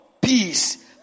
peace